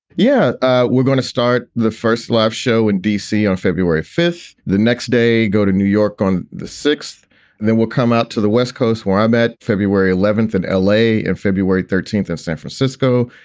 yeah we're gonna start the first live show in dc on february fifth. the next day, go to new york on the sixth and then we'll come out to the west coast where i'm at february eleventh in l a. and february thirteenth in san francisco.